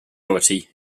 majority